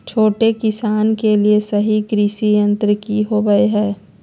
छोटे किसानों के लिए सही कृषि यंत्र कि होवय हैय?